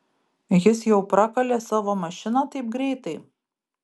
jis jau prakalė savo mašiną taip greitai